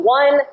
one